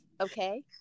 okay